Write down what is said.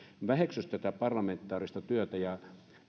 väheksyisi tätä parlamentaarista työtä ja